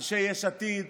אנשי יש עתיד.